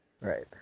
Right